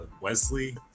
Wesley